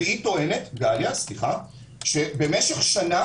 והיא טוענת שבמשך שנה